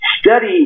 study